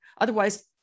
otherwise